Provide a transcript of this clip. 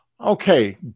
Okay